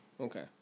Okay